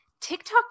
TikTok